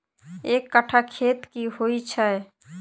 एक कट्ठा खेत की होइ छै?